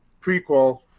prequel